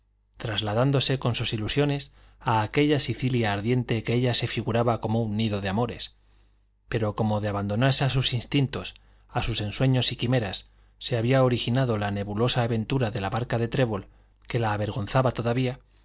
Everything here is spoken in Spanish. trasladándose con sus ilusiones a aquella sicilia ardiente que ella se figuraba como un nido de amores pero como de abandonarse a sus instintos a sus ensueños y quimeras se había originado la nebulosa aventura de la barca de trébol que la avergonzaba todavía